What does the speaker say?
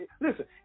Listen